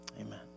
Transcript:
Amen